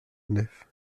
neuf